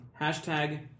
Hashtag